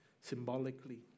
symbolically